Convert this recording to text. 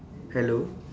hello